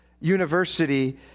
university